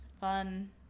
fun